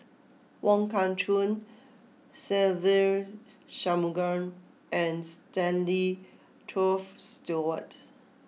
Wong Kah Chun Se Ve Shanmugam and Stanley Toft Stewart